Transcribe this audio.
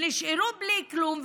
הן נשארו בלי כלום,